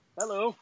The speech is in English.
hello